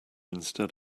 instead